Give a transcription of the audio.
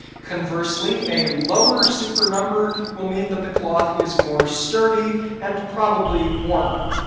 conversely, a lower super number will mean that the cloth is more sturdy and probably warmer.